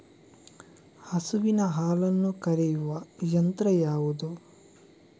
ಹಸುವಿನ ಹಾಲನ್ನು ಕರೆಯುವ ಯಂತ್ರ ಯಾವುದು?